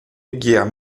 aiguière